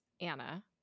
Anna